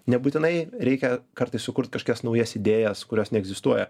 nebūtinai reikia kartais sukurt kažkokias naujas idėjas kurios neegzistuoja